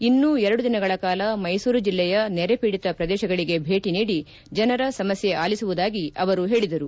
ಇನ್ನೂ ಎರಡು ದಿನಗಳ ಕಾಲ ಮೈಸೂರು ಜಿಲ್ಲೆಯ ನೆರೆ ಪೀಡಿತ ಪ್ರದೇಶಗಳಿಗೆ ಭೇಟ ನೀಡಿ ಜನರ ಸಮಸ್ಥೆ ಅಲಿಸುವುದಾಗಿ ಅವರು ಹೇಳಿದರು